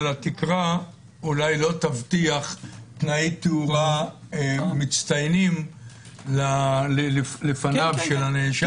התקרה אולי לא תבטיח תנאי תאורה מצטיינים לפניו של הנאשם.